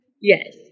Yes